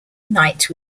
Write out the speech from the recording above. night